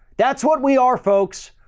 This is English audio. that's what we are folks.